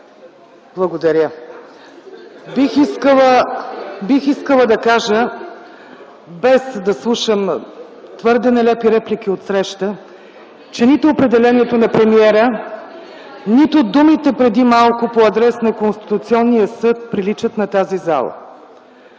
министър, бих искала да кажа, без да слушам твърде нелепи реплики отсреща, че нито определението на премиера, нито думите преди малко по адрес на Конституционния съд приличат на тази зала.